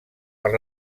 per